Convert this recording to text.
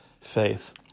faith